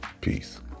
Peace